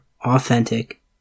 authentic